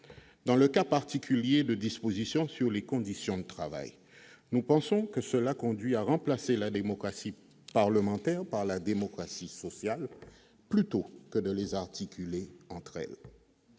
Dans le cas particulier de dispositions sur les conditions de travail, nous pensons que cela conduit à remplacer la démocratie parlementaire par la démocratie sociale, plutôt que de les articuler entre elles.